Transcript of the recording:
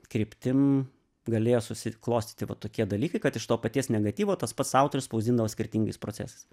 kryptim galėjo susiklostyti va tokie dalykai kad iš to paties negatyvo tas pats autorius spausdindavo skirtingais procesais